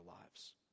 lives